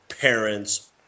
parents